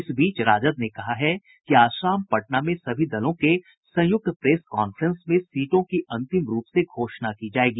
इस बीच राजद ने कहा है कि आज शाम पटना में सभी दलों के संयुक्त प्रेस कांफ्रेंस में सीटों की अंतिम रूप से घोषणा की जायेगी